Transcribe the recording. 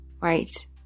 Right